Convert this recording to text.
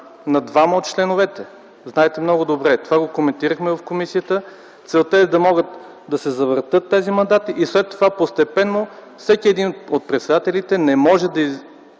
на двама от членовете. Знаете много добре. Това го коментирахме в комисията. Целта е да могат да се завъртят тези мандати и след това постепенно всеки един от председателите не може да бъде